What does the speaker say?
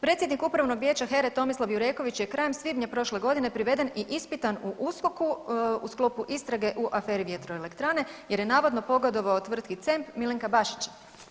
Predsjednik upravnog vijeća HERA-e Tomislav Jureković je krajem svibnja prošle godine priveden i ispitan u USKOK-u u sklopu istrage u aferi „Vjetroelektrane“ jer je navodno pogodovao tvrtki C.E.M.P. Milenka Bašića.